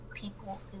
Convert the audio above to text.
People